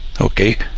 Okay